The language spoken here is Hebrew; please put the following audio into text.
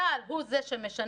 צה"ל הוא זה שמשנע,